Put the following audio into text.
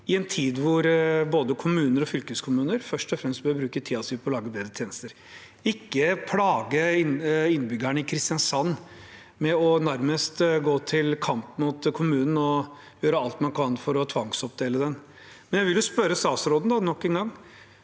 i en tid hvor både kommuner og fylkeskommuner først og fremst bør bruke tiden sin på å lage bedre tjenester, og ikke plage innbyggerne i Kristiansand med nærmest å gå til kamp mot kommunen og gjøre alt man kan for å tvangsoppdele den. Jeg vil spørre statsråden nok en gang: